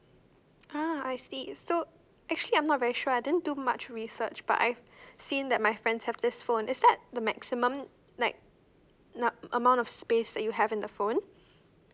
ah I see actually I'm not very sure I don't do much research but I've seen that my friends have this phone is that the maximum like amount of space that you have in the phone